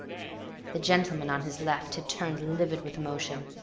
the gentleman on his left had turned livid with emotion.